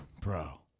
Bro